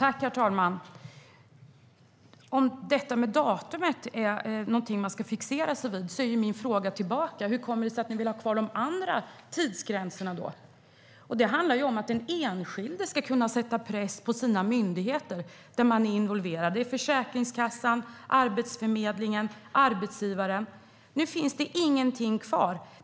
Herr talman! Om datumet är något man ska fixera sig vid undrar jag hur det kommer sig att ni vill ha kvar de andra tidsgränserna. Det handlar om att den enskilde ska kunna sätta press på sina myndigheter. Det är Försäkringskassan, Arbetsförmedlingen och arbetsgivaren. Nu finns ingenting kvar.